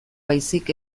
baizik